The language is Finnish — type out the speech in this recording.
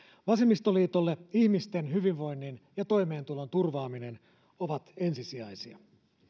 vasemmistoliitolle ihmisten hyvinvoinnin ja toimeentulon turvaaminen ovat ensisijaisia